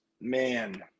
man